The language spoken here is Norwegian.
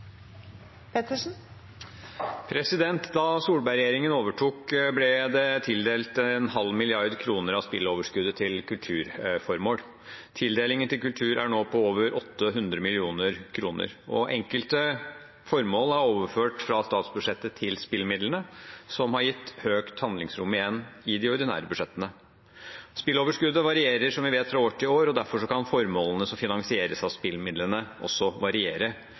nå på over 800 mill. kr. Enkelte formål er overført fra statsbudsjettet til spillmidlene, noe som igjen har gitt økt handlingsrom i de ordinære budsjettene. Spilloverskuddet varierer, som vi vet, fra år til år, og derfor kan formålene som finansieres av spillmidlene også variere.